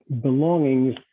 belongings